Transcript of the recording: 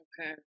Okay